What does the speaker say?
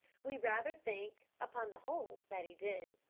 we rather think, upon the whole, that he did.